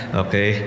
okay